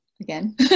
again